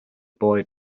boy